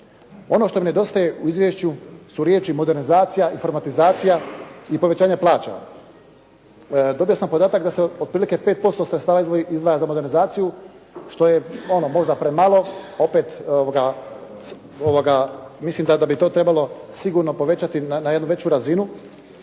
Ono što mi nedostaje u izvješću su riječi modernizacija i informatizacija i povećanje plaća. Dobio sam podatak da se otprilike 5% sredstava izdvaja za modernizaciju što je ono možda premalo a opet mislim da bi to trebalo sigurno povećati na jednu veću razinu,